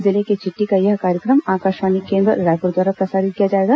जिले की चिट्ठी का यह कार्यक्रम आकाशवाणी केंद्र रायपुर द्वारा प्रसारित किया जाएगा